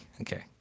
Okay